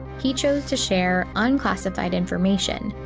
he chose to share unclassified information,